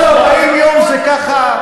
עוד 40 יום זה ככה,